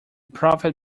prophet